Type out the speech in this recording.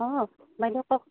অঁ বাইদেউ কওক